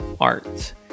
art